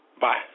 Bye